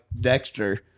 Dexter